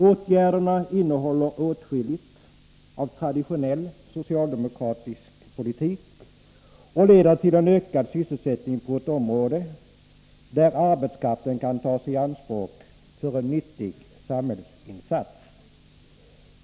Åtgärderna innehåller åtskilligt av traditionell socialdemokratisk politik och leder till en ökad sysselsättning på ett område där arbetskraften kan tas i anspråk för en nyttig samhällsinsats.